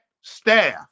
staff